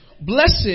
Blessed